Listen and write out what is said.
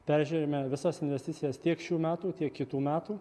peržiūrėjome visas investicijas tiek šių metų tiek kitų metų